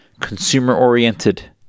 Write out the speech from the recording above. consumer-oriented